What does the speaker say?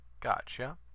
gotcha